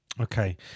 Okay